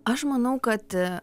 aš manau kad